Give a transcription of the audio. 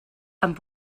amb